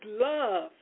love